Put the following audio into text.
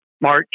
march